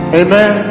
amen